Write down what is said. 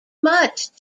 much